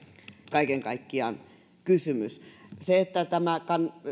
kaiken kaikkiaan kysymys se että tämä